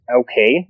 okay